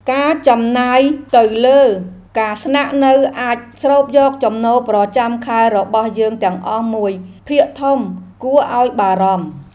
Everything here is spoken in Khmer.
ការចំណាយទៅលើការស្នាក់នៅអាចស្រូបយកចំណូលប្រចាំខែរបស់យើងអស់មួយភាគធំគួរឱ្យបារម្ភ។